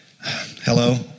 Hello